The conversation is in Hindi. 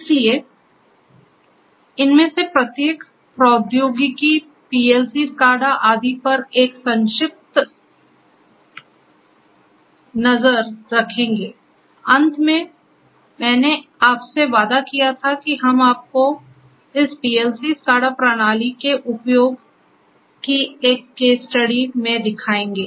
इसलिए हम इनमें से प्रत्येक प्रौद्योगिकी पीएलसी स्काडा आदि पर एक संक्षिप्त नज़र रखेंगे अंत में मैंने आपसे वादा किया था कि हम आपको इस पीएलसी स्काडा प्रणाली के उपयोग को एक case study में दिखाएंगे